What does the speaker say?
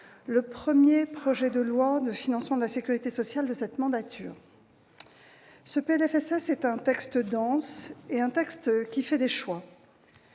le premier projet de loi de financement de la sécurité sociale de cette mandature. Ce PLFSS est à la fois un texte dense et un texte qui fait des choix.